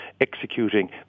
executing